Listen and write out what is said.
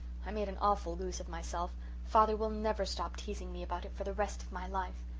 i made an awful goose of myself father will never stop teasing me about it for the rest of my life.